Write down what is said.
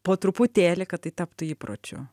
po truputėlį kad tai taptų įpročiu